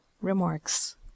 Remarks